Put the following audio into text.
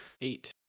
Eight